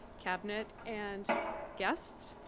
cabinet, and guests.